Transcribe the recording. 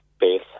base